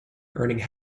earning